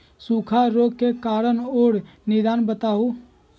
सूखा रोग के कारण और निदान बताऊ?